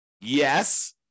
Yes